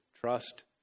trust